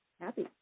happy